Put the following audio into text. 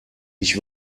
ich